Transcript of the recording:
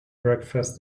breakfast